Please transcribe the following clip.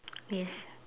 yes